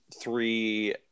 three